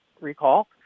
recall